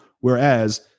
Whereas